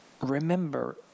remember